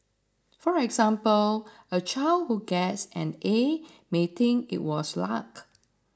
for example a child who gets an A may think it was luck